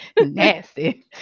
Nasty